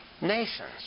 Nations